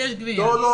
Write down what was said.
לא.